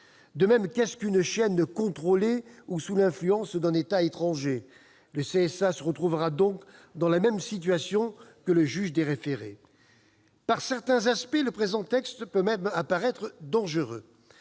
De même, qu'est-ce qu'une chaîne « contrôlée » ou « sous l'influence » d'un État étranger ? Le CSA se retrouvera, donc, dans la même situation que le juge des référés. Par certains aspects, le texte peut même apparaître dangereux.